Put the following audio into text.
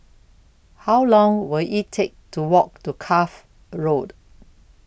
How Long Will IT Take to Walk to Cuff Road